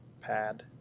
pad